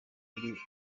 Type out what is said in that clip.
muri